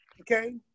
okay